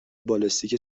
بالستیک